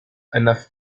enough